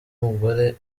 mugore